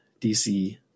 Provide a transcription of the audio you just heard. DC